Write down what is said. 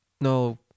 no